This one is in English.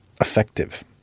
effective